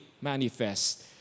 manifest